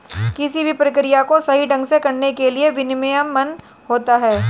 किसी भी प्रक्रिया को सही ढंग से करने के लिए भी विनियमन होता है